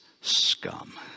scum